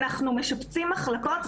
אנחנו משפצים מחלקות.